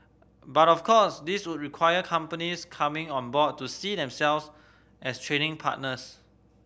but of course this would require companies coming on board to see themselves as training partners